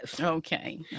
Okay